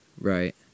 right